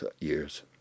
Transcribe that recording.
years